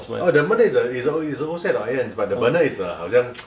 oh the burner is a is a is a old set [what] eight ends but the burner is a 好像